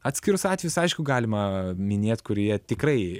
atskirus atvejus aišku galima minėt kurie tikrai